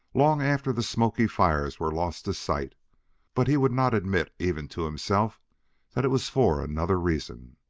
long after the smoky fires were lost to sight but he would not admit even to himself that it was for another reason.